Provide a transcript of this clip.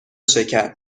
شکر